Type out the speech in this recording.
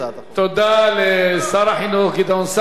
תודה לשר החינוך גדעון סער.